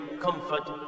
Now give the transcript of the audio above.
comfort